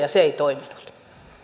ja se ei toiminut